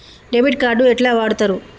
Debit card ఎట్లా వాడుతరు?